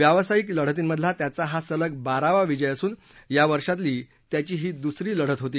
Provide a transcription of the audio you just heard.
व्यावसायिक लढतींमधला त्याचा हा सलग बारावा विजय असून या वर्षातली त्याची ही दुसरी लढत होती